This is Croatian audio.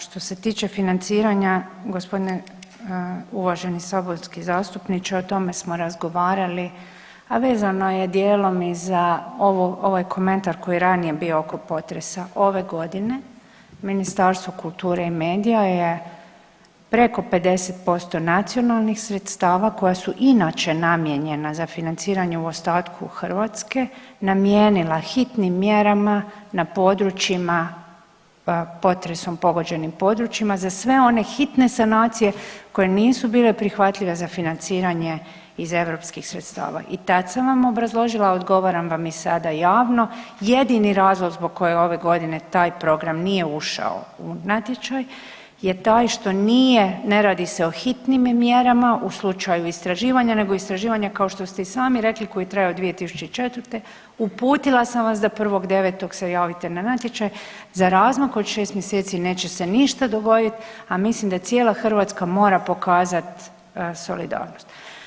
Što se tiče financiranja, g. uvaženi saborski zastupniče, o tome smo razgovarali, a vezano je dijelom i za ovaj komentar koji je ranije bio oko potresa ove godine, Ministarstvo kulture i medija je preko 50% nacionalnih sredstava koja su inače namijenjena za financiranje u ostatku Hrvatske namijenila hitnim mjerama na područjima potresom pogođenim područjima, za sve one hitne sanacije koje nisu bile prihvatljive za financiranje iz EU sredstava i tad sam vam obrazložila, odgovaram vam i sada javno, jedini razlog zbog kojeg ove godine taj program nije ušao u natječaj je taj što nije, ne radi se o hitnim mjerama u slučaju istraživanja nego istraživanja, kao što ste i sami rekli, koji traju od 2004., uputila sam vas da 1.9. se javite na natječaj za razmak od 6 mjeseci neće se ništa dogoditi, a mislim da cijela Hrvatska mora pokazati solidarnost.